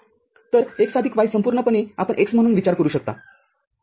तर x आदिक y संपूर्णपणे आपण x म्हणून विचार करू शकता